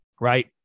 right